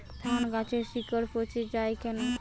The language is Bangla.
ধানগাছের শিকড় পচে য়ায় কেন?